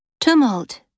Tumult